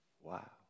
Wow